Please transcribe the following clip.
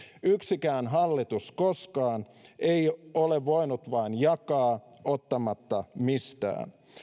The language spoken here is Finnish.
yksikään hallitus koskaan ei ole voinut vain jakaa ottamatta mistään